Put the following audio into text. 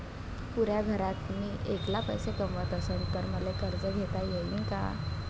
पुऱ्या घरात मी ऐकला पैसे कमवत असन तर मले कर्ज घेता येईन का?